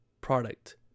product